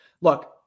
look